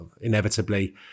inevitably